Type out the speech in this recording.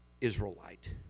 Israelite